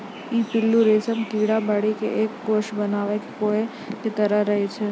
ई पिल्लू रेशम कीड़ा बढ़ी क एक कोसा बनाय कॅ कोया के तरह रहै छै